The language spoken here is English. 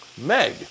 Meg